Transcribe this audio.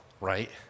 right